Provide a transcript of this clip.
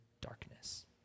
darkness